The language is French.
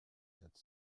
quatre